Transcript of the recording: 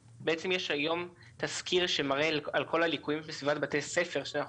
היום תזכיר שמראה על כל הליקויים בסביבות בתי ספר ואנחנו